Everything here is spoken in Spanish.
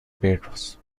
perros